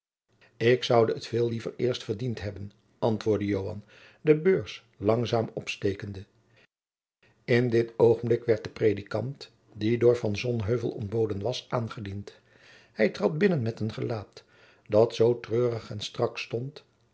ik zoude het veel liever eerst verdiend hebjacob van lennep de pleegzoon ben antwoordde joan de beurs langzaam opstekende in dit oogenblik werd de predikant die door van sonheuvel ontboden was aangediend hij trad binnen met een gelaat dat zoo treurig en strak stond